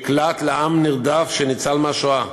מקלט לעם נרדף שניצל מהשואה,